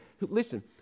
Listen